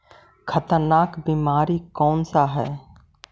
खतरनाक बीमारी कौन सा है?